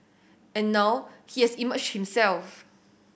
and now he has emerged himself